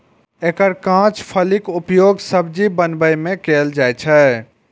एकर कांच फलीक उपयोग सब्जी बनबै मे कैल जाइ छै